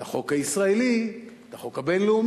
את החוק הישראלי, את החוק הבין-לאומי.